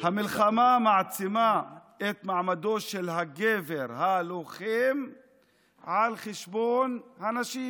המלחמה מעצימה את מעמדו של הגבר הלוחם על חשבון הנשים.